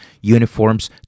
uniforms